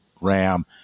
ram